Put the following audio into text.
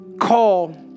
call